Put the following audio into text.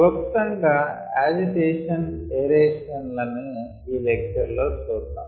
క్లుప్తం గా agitation aeration లని ఈ లెక్చర్ లో చూద్దాం